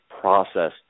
process